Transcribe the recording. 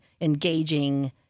engaging